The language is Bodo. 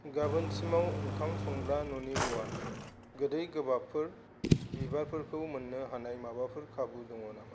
गाबोनसिमाव ओंखाम संग्रा न'नि मुवा गोदै गोबाबफोर बिबारफोरखौ मोन्नो हानाय माबाफोर खाबु दङ नामा